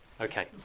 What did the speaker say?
Okay